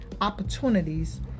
opportunities